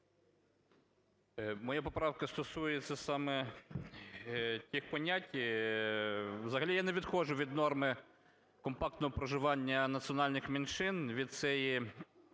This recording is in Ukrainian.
Моя поправка стосується саме тих понять – взагалі я не відхожу від норми компактного проживання національних меншин